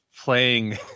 playing